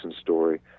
story